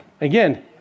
again